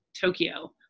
Tokyo